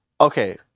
Okay